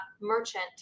merchant